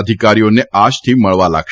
અધિકારીઓને આજથી મળવા લાગશે